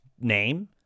name